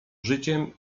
życiem